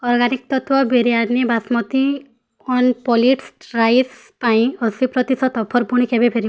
organic ତତ୍ତ୍ଵ biryani basmati un polish rice ପାଇଁ ଅଶୀ ପ୍ରତିଶତ ଅଫର୍ ପୁଣି କେବେ ଫେରିବ